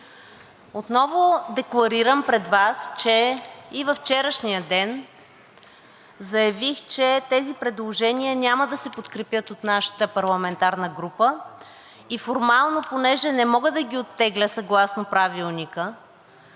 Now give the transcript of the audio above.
Отново декларирам пред Вас, че и във вчерашния ден заявих, че тези предложения няма да се подкрепят от нашата парламентарна група и формално, понеже не мога да ги оттегля съгласно Правилника,